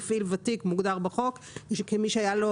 מפעיל ותיק מוגדר בחוק כמי שהיה לו